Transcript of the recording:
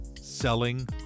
selling